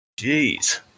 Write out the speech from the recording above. Jeez